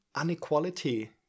inequality